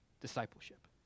discipleship